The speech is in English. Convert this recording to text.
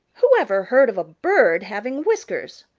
who ever heard of a bird having whiskers?